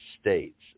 states